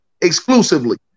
exclusively